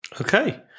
Okay